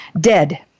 dead